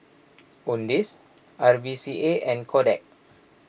Owndays R V C A and Kodak